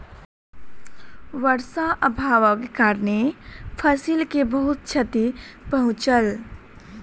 वर्षा अभावक कारणेँ फसिल के बहुत क्षति पहुँचल